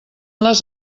les